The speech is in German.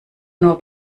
nur